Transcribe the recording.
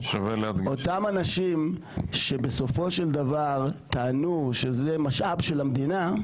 אותם אנשים שבסופו של דבר טענו שזה משאב של המדינה,